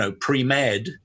pre-med